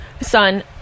Son